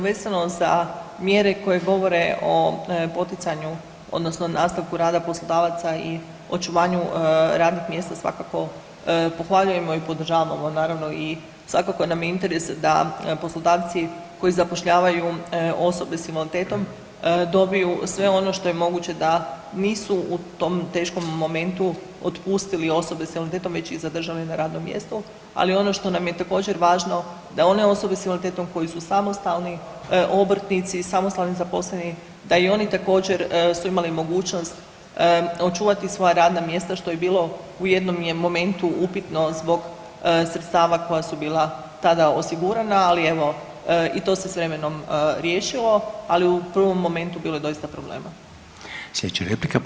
Vezano za mjere koje govore o poticanju odnosno nastavku rada poslodavaca i očuvanja radnih mjesta svakako pohvaljujemo i podržavamo ovo naravno i svakako nam je interes da poslodavci koji zapošljavaju osobe s invaliditetom dobiju sve ono što je moguće da nisu u tom teškom momentu otpustili osobe s invaliditetom već ih zadržali na radnom mjestu, ali ono što nam je također važno da one osobe s invaliditetom koje su samostalni obrtnici, samostalni zaposleni da i oni su također imali mogućnost očuvati svoja radna mjesta što je bilo u jednom momentu upitno zbog sredstava koja su bila tada osigurana, ali evo i to se s vremenom riješilo, ali u prvom momentu bilo je doista problema.